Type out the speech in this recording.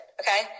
okay